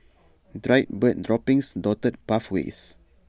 dried bird droppings dotted pathways